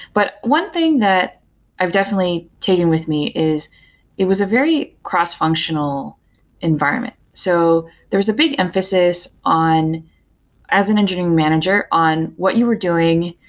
but one thing that i've definitely taken with me is it was a very cross-functional environment. so there was a big emphasis on as an engineering manager on what you were doing,